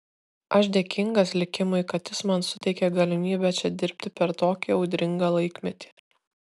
aš dėkingas likimui kad jis man suteikė galimybę čia dirbti per tokį audringą laikmetį